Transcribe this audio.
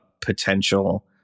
potential